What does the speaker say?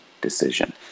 decision